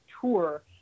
tour